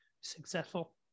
successful